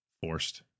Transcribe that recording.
forced